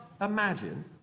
imagine